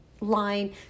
line